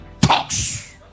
talks